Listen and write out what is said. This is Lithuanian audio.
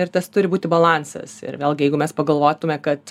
ir tas turi būti balansas ir vėlgi jeigu mes pagalvotume kad